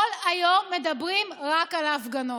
כל היום מדברים רק על הפגנות.